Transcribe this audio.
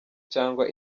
cyangwa